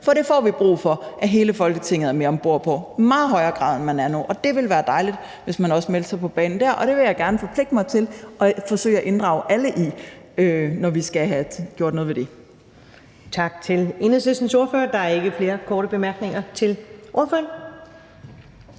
Der får vi brug for, at hele Folketinget er med om bord i meget højere grad, end man er nu. Det ville være dejligt, hvis man også meldte sig på banen der, og jeg vil gerne forpligte mig til at forsøge at inddrage alle i det, når vi skal have gjort noget ved det. Kl. 14:10 Første næstformand (Karen Ellemann): Tak til Enhedslistens ordfører. Der er ikke flere korte bemærkninger til ordføreren.